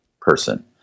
person